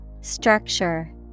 Structure